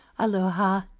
Aloha